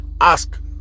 ask